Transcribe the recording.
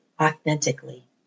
authentically